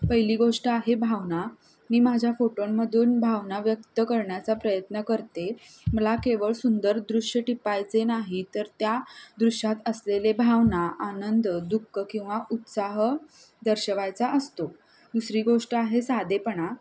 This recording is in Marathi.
पहिली गोष्ट आहे भावना मी माझ्या फोटोंमधून भावना व्यक्त करण्याचा प्रयत्न करते मला केवळ सुंदर दृश्य टिपायचे नाही तर त्या दृश्यात असलेले भावना आनंद दुःख किंवा उत्साह दर्शवायचा असतो दुसरी गोष्ट आहे साधेपणा